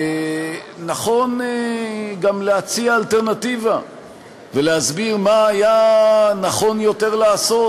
נכון גם להציע אלטרנטיבה ולהסביר מה היה נכון יותר לעשות,